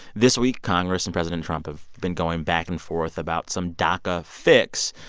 this week, congress and president trump have been going back and forth about some daca fix.